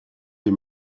des